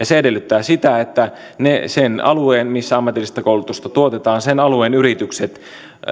se edellyttää sitä että sen alueen missä ammatillista koulutusta tuotetaan yritykset